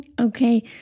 Okay